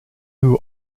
who